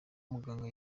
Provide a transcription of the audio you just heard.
muganga